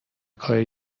کار